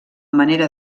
manera